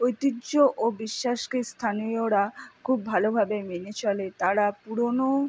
ঐতিহ্য ও বিশ্বাসকে স্থানীয়রা খুব ভালোভাবে মেনে চলে তারা পুরোনো